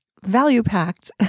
value-packed